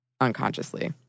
unconsciously